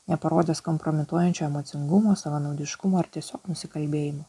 neparodęs kompromituojančio emocingumo savanaudiškumo ar tiesiog nusikalbėjimų